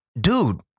Dude